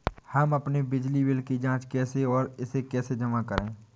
हम अपने बिजली बिल की जाँच कैसे और इसे कैसे जमा करें?